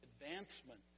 advancement